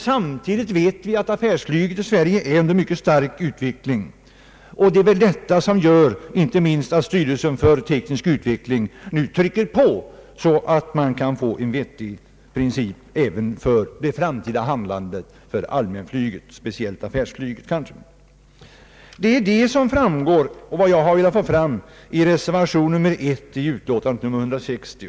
Samtidigt vet vi att affärsflyget i Sverige är under mycket stark utveckling. Det är väl detta som gör att inte minst styrelsen för teknisk utveckling nu trycker på, så att man kan få en vettig princip även för det framtida handlandet beträffande allmänflyget, kanske speciellt affärsflyget. Det är detta jag har velat föra fram i min reservation nr 1 till utskottsutlåtandet nr 160.